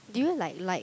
do you like like